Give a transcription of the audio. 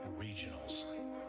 regionals